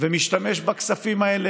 ומשתמש בכספים האלה.